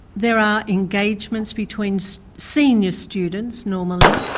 there are engagements, between so senior students normally,